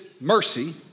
mercy